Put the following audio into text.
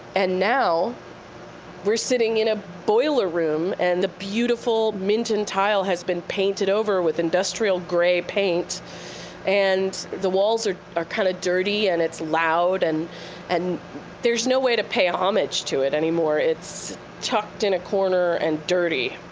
and now we're sitting in a boiler room and the beautiful minton tile has been painted over with industrial gray paint and the walls are are kind of dirty and it's loud and and there's no way to pay homage to it anymore. it's tucked in a corner and it's dirty.